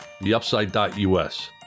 theupside.us